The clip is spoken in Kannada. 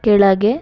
ಕೆಳಗೆ